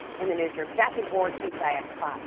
in the newsroom, jackie ward, kpix five.